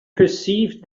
perceived